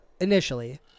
Initially